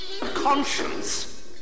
Conscience